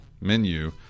menu